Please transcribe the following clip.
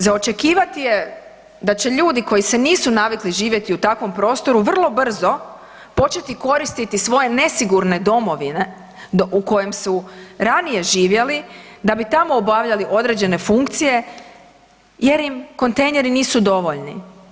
Za očekivati je da će ljudi koji se nisu navikli živjeti u takvom prostoru, vrlo brzo početi koristiti svoje nesigurne domove u kojem su ranije živjeli da bi tamo obavljali određene funkcije jer im kontejneri nisu dovoljni.